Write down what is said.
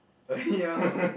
oh ya hor